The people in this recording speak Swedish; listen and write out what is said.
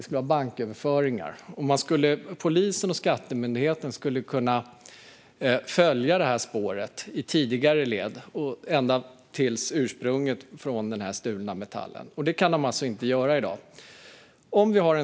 Via banköverföringar skulle polisen och Skattemyndigheten kunna följa spåret bakåt ända till ursprunget för den stulna metallen. Men det kan de alltså inte göra i dag.